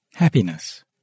Happiness